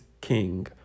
king